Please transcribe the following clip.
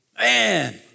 Man